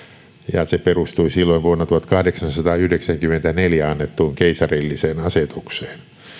ja se perustui silloin vuonna tuhatkahdeksansataayhdeksänkymmentäneljä annettuun keisarilliseen asetukseen